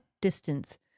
distance